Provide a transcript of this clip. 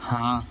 हाँ